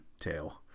tail